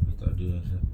tak ada ah